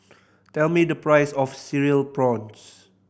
tell me the price of Cereal Prawns